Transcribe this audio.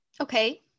okay